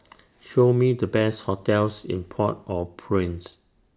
Show Me The Best hotels in Port Au Prince